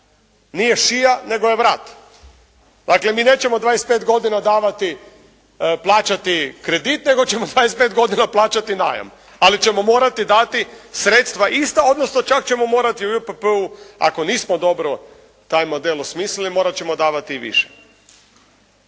Nije šija, nego je vrat! Dakle, mi nećemo 25 godina davati, plaćati kredit nego ćemo 25 godina plaćati najam, ali ćemo morati dati sredstva ista, odnosno čak ćemo morati u JPP-u ako nismo dobro taj model osmislili morat ćemo davati i više.